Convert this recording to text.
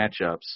matchups